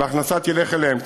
וההכנסה תלך אליהן,